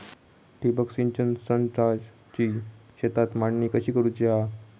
ठिबक सिंचन संचाची शेतात मांडणी कशी करुची हा?